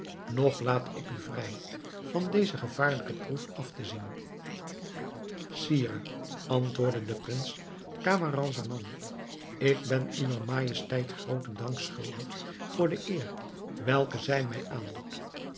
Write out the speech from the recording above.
nog laat ik u vrij van deze gevaarlijke proef af te zien sire antwoordde de prins camaralzaman ik ben uwer majesteit grooten dank schuldig voor de eer welke zij mij aandoet